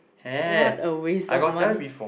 what a waste of money